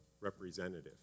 representative